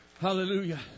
hallelujah